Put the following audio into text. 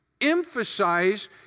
emphasize